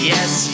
Yes